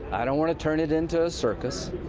i don't want to turn it into a circus.